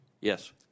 Yes